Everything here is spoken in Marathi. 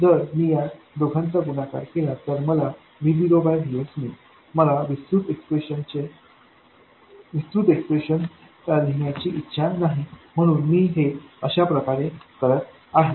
जर मी या दोघांचा गुणाकार केले तर मला V0 VS मिळेल मला विस्तृत इक्स्प्रेशन लिहायची इच्छा नाही म्हणूनच मी हे अशा प्रकारे करत आहे